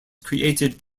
created